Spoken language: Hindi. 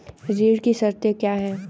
ऋण की शर्तें क्या हैं?